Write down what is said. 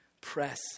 Press